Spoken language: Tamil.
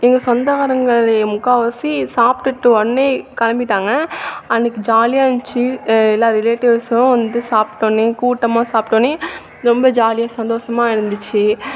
எங்கள் சொந்தக்காரங்க முக்கால்வாசி சாப்பிட்டுட்டு உடனே கிளம்பிட்டாங்க அன்றைக்கி ஜாலியாக இந்துச்சி எல்லா ரிலேட்டிவ்ஸ்ஸும் வந்து சாப்பிட்டோன்னே கூட்டமாக சாப்பிட்டோன்னே ரொம்ப ஜாலியாக சந்தோசமாக இருந்துச்சி